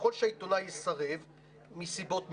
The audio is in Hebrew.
ככל שהעיתונאי יסרב מסיבות מובנות,